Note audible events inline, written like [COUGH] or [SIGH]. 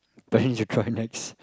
[BREATH] punch the core nuts